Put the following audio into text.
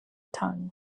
tongue